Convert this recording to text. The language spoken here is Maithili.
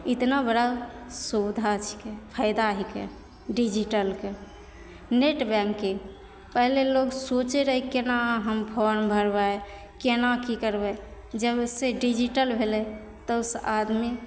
इतना बड़ा सुबिधा छिकै फैदा हिकै डिजीटलके नेट बैंकिंग पहिले लोग सोचै रहै केना फॉर्म भरबै केना की करबै जबसे डिजीटल भेलै तबसे आदमी